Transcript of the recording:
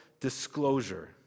disclosure